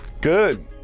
Good